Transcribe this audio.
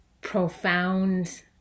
profound